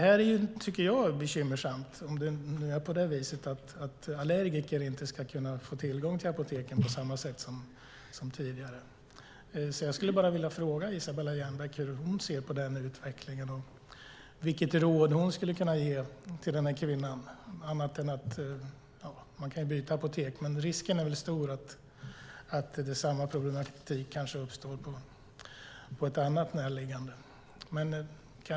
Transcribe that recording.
Jag tycker att det är bekymmersamt om allergiker inte ska få tillgång till apoteken på samma sätt som tidigare, så jag skulle bara vilja fråga Isabella Jernbeck hur hon ser på utvecklingen och vilket råd hon kan ge till denna kvinna. Man kan ju byta apotek, men risken är väl stor att samma problematik uppstår på ett annat, närliggande apotek.